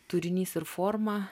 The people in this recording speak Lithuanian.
turinys ir forma